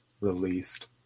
released